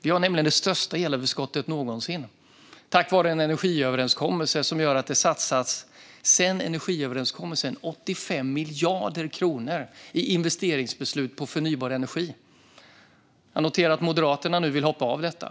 Vi har nämligen det största elöverskottet någonsin tack vare en energiöverenskommelse som gör att det sedan den gjordes har satsats 85 miljarder kronor i investeringsbeslut om förnybar energi. Jag noterar att Moderaterna nu vill hoppa av detta.